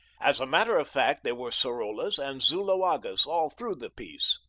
as a matter of fact there were sorollas and zuloagas all through the piece.